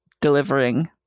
delivering